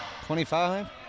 25